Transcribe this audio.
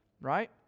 right